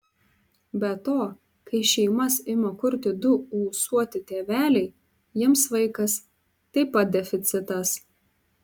be to kai šeimas ima kurti du ūsuoti tėveliai jiems vaikas taip pat deficitas